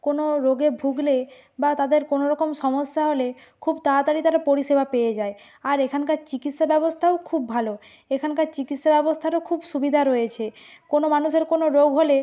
কোনো রোগে ভুগলে বা তাদের কোনো রকম সমস্যা হলে খুব তাড়াতাড়ি তারা পরিষেবা পেয়ে যায় আর এখানকার চিকিৎসা ব্যবস্থাও খুব ভালো এখানকার চিকিৎসা ব্যবস্থারও খুব সুবিধা রয়েছে কোনো মানুষের কোনো রোগ হলে